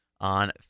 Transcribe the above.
on